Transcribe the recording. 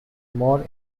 more